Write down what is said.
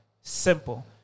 simple